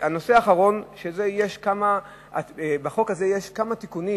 הנושא האחרון, בחוק הזה יש כמה תיקונים.